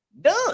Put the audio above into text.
done